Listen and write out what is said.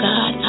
God